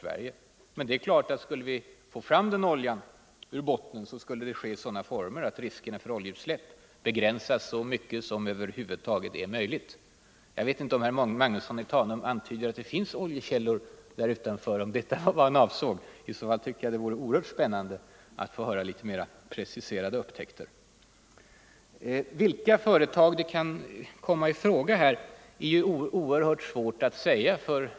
Det är emellertid klart att arbetet för att få fram den eventuella oljan ur havsbottnen måste ske under sådana former att riskerna för oljeutsläpp begränsas så mycket som det över huvud taget är möjligt. Om det är oljekällor som herr Magnusson tror på vore det oerhört spännande att få höra litet mer preciserat om upptäckterna. Vilket företag som kan komma i fråga för etablering i detta område är svårt att säga.